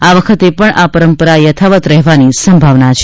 આ વખતે પણ આ પરંપરા યથાવત રહેવાની સંભાવના છે